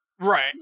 Right